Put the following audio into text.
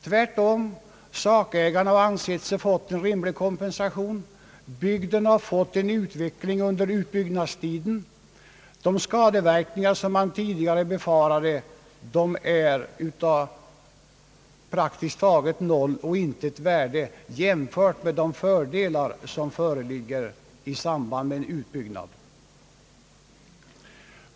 Tvärtom, sakägarna har ansett sig ha fått en rimlig kompensation, bygden har fått en utveckling under utbyggnadstiden. De skadeverkningar som man tidigare befarade är av praktiskt taget noll och intet värde jämfört med de fördelar som föreligger i samband med en utbyggnad.